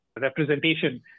representation